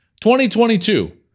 2022